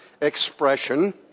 expression